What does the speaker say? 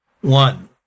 One